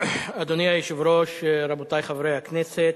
אדוני היושב-ראש, רבותי חברי הכנסת,